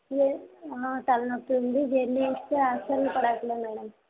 లేదు తలనొప్పి ఉంది జర్నీ చేస్తే అసలు పడట్లేదు మేడం